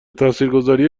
تاثیرگذاری